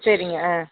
சரிங்க ஆ